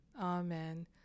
Amen